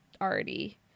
already